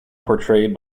portrayed